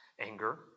anger